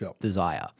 desire